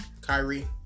Kyrie